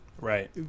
Right